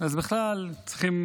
אז בכלל צריכים